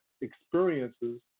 experiences